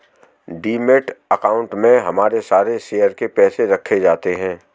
demat account में हमारे सारे शेयर के पैसे रखे जाते हैं